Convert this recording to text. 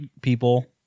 people